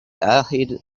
ahead